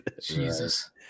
Jesus